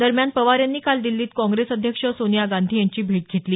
दरम्यान पवार यांनी काल दिल्लीत काँग्रेस अध्यक्ष सोनिया गांधी यांची भेट घेतली